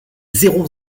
zéro